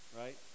right